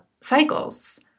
cycles